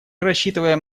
рассчитываем